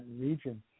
region